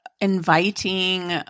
inviting